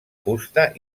fusta